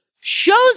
shows